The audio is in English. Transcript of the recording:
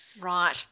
Right